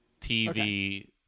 TV